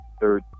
third